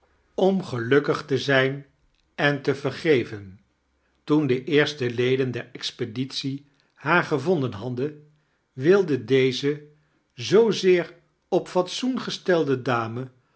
om gelukkig te zijn en te vergeven toen de eerste leden der expeditde haar gevoaden hadden wilde dtae zoozeer op fatsoen gestelde dame